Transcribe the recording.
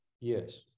Yes